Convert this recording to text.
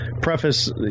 preface